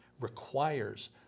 requires